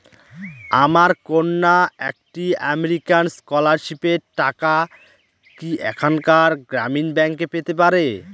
আমার কন্যা একটি আমেরিকান স্কলারশিপের টাকা কি এখানকার গ্রামীণ ব্যাংকে পেতে পারে?